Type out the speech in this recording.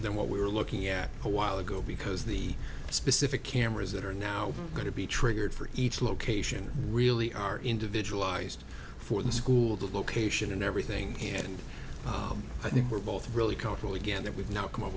than what we were looking at a while ago because the specific cameras that are now going to be triggered for each location really are individual are used for the school the location and everything and i think we're both really culturally get that we've now come up